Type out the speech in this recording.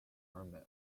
urban